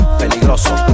peligroso